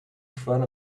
front